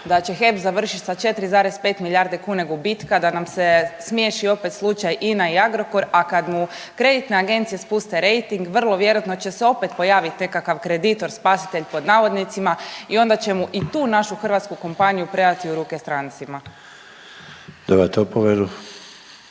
da će HEP završiti sa 4,5 milijarde kuna gubitka, da nam se smiješi opet slučaj INA i Agrokor. A kada mu kreditne agencije spuste rejting, vrlo vjerojatno će se opet pojaviti nekakav kreditor, spasitelj pod navodnicima i onda … i tu našu hrvatsku kompaniju predati u ruke strancima. **Sanader,